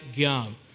gum